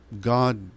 God